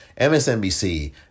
MSNBC